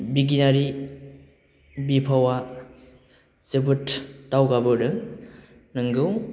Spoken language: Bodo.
बिगियानारि बिफावआ जोबोद दावगाबोदों नोंगौ